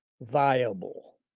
viable